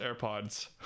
AirPods